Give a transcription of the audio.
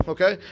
Okay